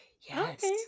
yes